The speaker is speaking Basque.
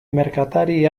merkatari